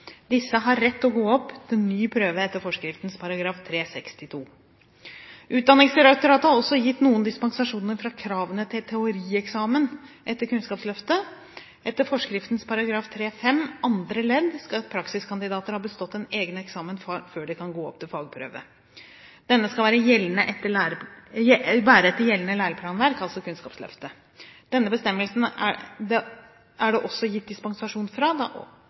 Disse har rett til å gå opp til ny prøve etter forskriften § 3-62. Utdanningsdirektoratet har også gitt noen dispensasjoner fra kravene til teorieksamen etter Kunnskapsløftet. Etter forskriften § 3-55 andre ledd skal praksiskandidater ha bestått en egen eksamen før de kan gå opp til fagprøve. Denne skal være etter gjeldende læreplanverk, altså Kunnskapsløftet. Denne bestemmelsen er det også gitt dispensasjon fra, da også i «særskilde tilfelle», jf. forskriften § 23-1. Utdanningsdirektoratet har gitt noen dispensasjoner der teorieksamen etter Reform 94 og